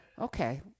Okay